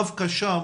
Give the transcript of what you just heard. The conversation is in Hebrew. דווקא שם